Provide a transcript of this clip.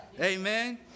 Amen